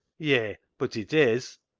yi, but it is.